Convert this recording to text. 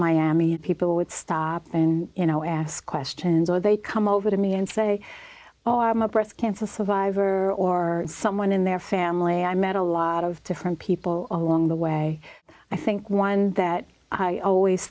miami and people would stop and you know ask questions or they come over to me and say oh i'm a breast cancer survivor or someone in their family i met a lot of different people along the way i think one that i always